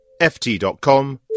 ft.com